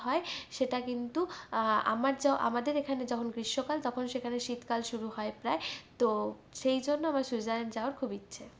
সেটা কিন্তু আমার যা আমাদের এখানে যখন গ্রীষ্মকাল তখন সেখানে শীতকাল শুরু হয় প্রায় তো সেই জন্য আমার সুইজারল্যান্ড যাওয়ার খুব ইচ্ছে